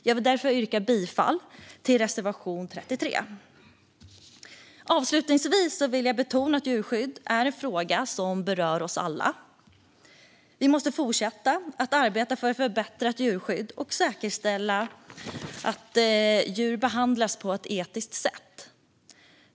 Jag vill därför yrka bifall till reservation 33. Avslutningsvis vill jag betona att djurskydd är en fråga som berör oss alla. Vi måste fortsätta att arbeta för ett förbättrat djurskydd och säkerställa att djur behandlas på ett etiskt sätt.